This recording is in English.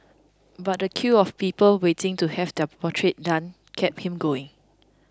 but the queue of people waiting to have their portrait done kept him going